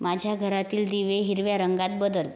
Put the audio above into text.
माझ्या घरातील दिवे हिरव्या रंगात बदल